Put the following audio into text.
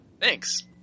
Thanks